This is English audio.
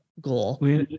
goal